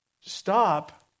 stop